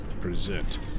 present